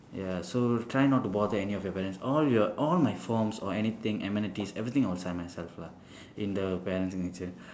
ya so try not to bother any of your parents all your all my forms or anything amenities everything I'll sign myself lah in the parent signature